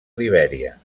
libèria